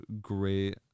great